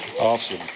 Awesome